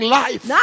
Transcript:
life